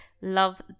Love